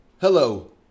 Hello